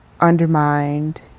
undermined